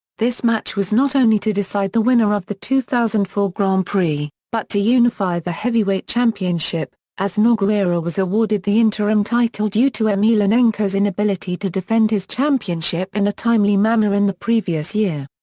this match was not only to decide the winner of the two thousand and four grand prix, but to unify the heavyweight championship, as nogueira was awarded the interim title due to emelianenko's inability to defend his championship in a timely manner in the previous year.